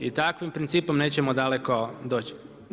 I takvim principom nećemo daleko doći.